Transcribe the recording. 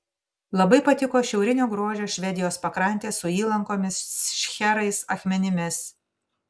labai patiko šiaurinio grožio švedijos pakrantės su įlankomis šcherais akmenimis